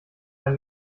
ein